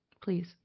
Please